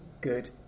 good